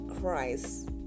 Christ